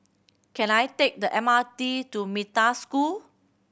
can I take the M R T to Metta School